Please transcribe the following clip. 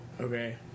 Okay